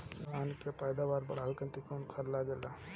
धान के पैदावार बढ़ावे खातिर कौन खाद लागेला?